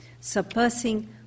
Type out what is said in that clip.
surpassing